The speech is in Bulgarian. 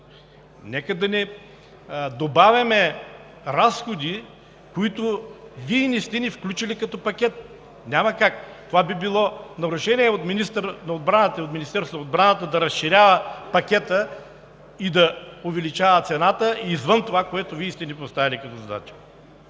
Нека да не добавяме разходи, които Вие не сте ни включили като пакет. Няма как! Това би било нарушение от министъра на отбраната и от Министерството на отбраната – да разширяват пакета и да увеличават цената извън това, което Вие сте ни поставили като задача.